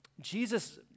Jesus